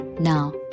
Now